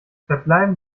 verbleiben